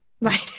Right